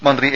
മന്ത്രി എ